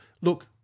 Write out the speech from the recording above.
look